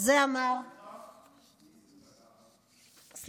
את זה אמר, מאיזו מפלגה את?